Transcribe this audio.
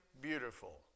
beautiful